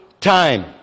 time